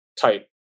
type